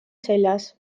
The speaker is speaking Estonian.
seljas